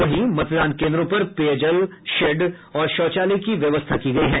वहीं मतदान केन्द्रों पर पेयजल शेड और शौचालय की व्यवस्था की गयी है